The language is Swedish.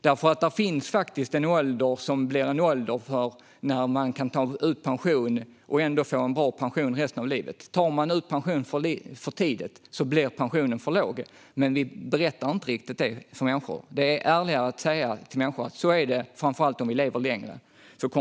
Det finns faktiskt en ålder då man kan ta ut pension och ändå få en bra pension resten av livet. Tar man ut pension för tidigt blir pensionen för låg, men vi berättar inte riktigt det för människor. Det är ärligare att säga till människor att det kommer att vara så, framför allt om vi lever längre.